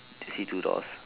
do you see two doors